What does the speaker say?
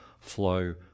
flow